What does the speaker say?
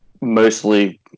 mostly